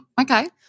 Okay